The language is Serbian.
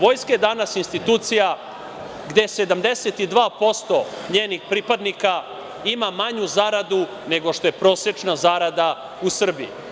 Vojska je danas institucija gde 72% njenih pripadnika ima manju zaradu nego što je prosečna zarada u Srbiji.